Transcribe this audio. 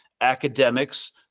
academics